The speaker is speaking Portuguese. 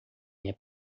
minha